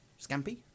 Scampi